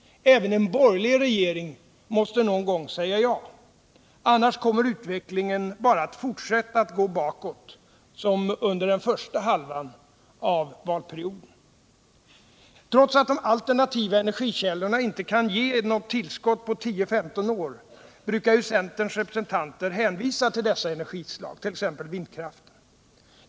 Även en borgerlig regering måste någon gång säga ja. Annars kommer utvecklingen bara att fortsätta bakåt, som under den första halvan av valperioden. Trots att de alternativa energikällorna inte kan ge något tillskott på 10-15 år brukar ju centerns representanter hänvisa till dessa energislag, t.ex. vindkraften.